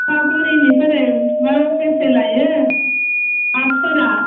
टिटागुरिनिफ्राय माबा बेसे लायो बासफोरा